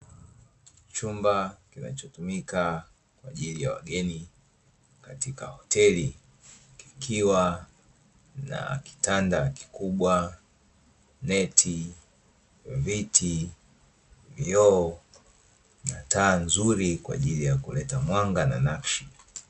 Chumba kinachotumika kwa ajili ya wageni katika hoteli, kikiwa na kitanda kikubwa, neti, viti, vioo na taa nzuri, kwa ajili ya kuleta mwanga na nakshi.